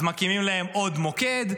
אז מקימים להם עוד מוקד,